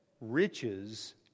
riches